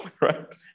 right